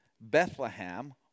Bethlehem